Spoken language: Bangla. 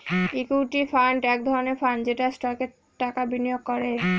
ইকুইটি ফান্ড এক ধরনের ফান্ড যেটা স্টকে টাকা বিনিয়োগ করে